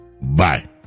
Bye